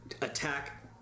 attack